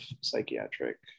psychiatric